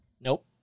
Nope